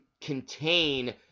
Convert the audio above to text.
contain